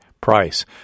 price